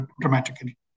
dramatically